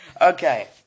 Okay